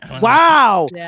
Wow